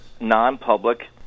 non-public